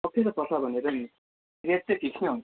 अप्ठ्यारो पर्छ भनेर नि रेट चाहिँ फिक्स नै हुन्छ